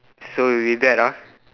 so with that ah